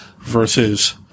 versus